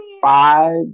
five